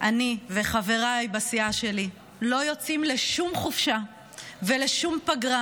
אני וחברי הסיעה שלי לא יוצאים לשום חופשה ולשום פגרה,